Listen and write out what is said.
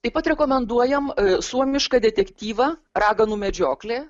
taip pat rekomenduojam suomišką detektyvą raganų medžioklė